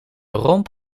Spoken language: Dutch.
romp